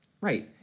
Right